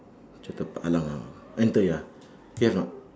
macam tempat halang enter ya you have or not